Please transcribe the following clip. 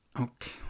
Okay